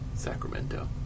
Sacramento